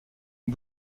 une